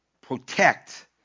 protect